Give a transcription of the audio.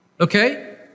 okay